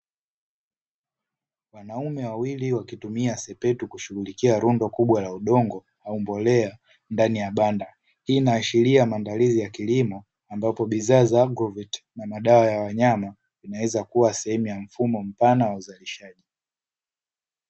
Wanaume wawili wakitumia chepeo kushughulikia kwenye rundo kubwa la udongo la mbolea ndani ya banda, hii inaashiria maandalizi ya kilimo kwa kutumia bidhaa za dawa za wanyama zinazoweza kuwa sehemu pana kwa ajili ya uzalishaji.